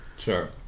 Sure